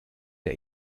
der